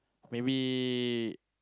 maybe